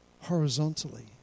horizontally